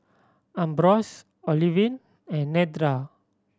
Ambrose Olivine and Nedra